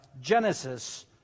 Genesis